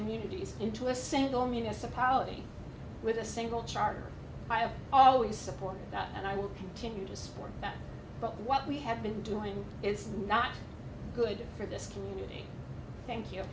communities into a single municipality with a single charter i have always supported that and i will continue to support that but what we have been doing is not good for this community thank you